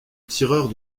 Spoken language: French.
tireur